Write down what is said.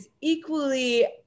equally